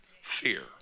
Fear